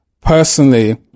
personally